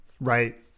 Right